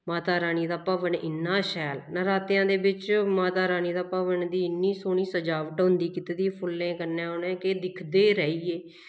माता रानी दा भवन इन्ना शैल नरातेआं दे बिच्च माता रानी दा भवन दी इन्नी सोह्नी सजावट होंदी कीती दी फुल्लें कन्नै उ'नेंगी कि दिखदे गै रेहिये